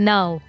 Now